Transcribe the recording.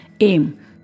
aim